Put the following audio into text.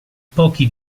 pochi